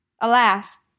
Alas